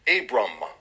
Abram